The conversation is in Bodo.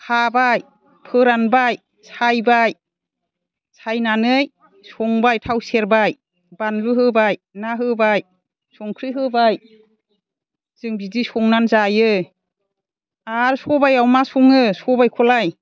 खाबाय फोरानबाय सायबाय सायनानै संबाय थाव सेरबाय बानलु होबाय ना होबाय संख्रि होबाय जों बिदि संनानै जायो आरो सबायाव मा सङो सबायखौलाय